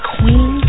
Queen